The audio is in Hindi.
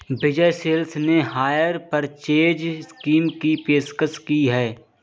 विजय सेल्स ने हायर परचेज स्कीम की पेशकश की हैं